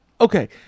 Okay